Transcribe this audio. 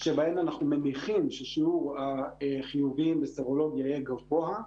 שבהן אנחנו מניחים ששיעור החיוביים בסרולוגיה יהיה גבוה,